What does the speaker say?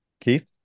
Keith